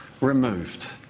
removed